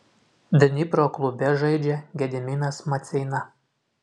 dnipro klube žaidžia gediminas maceina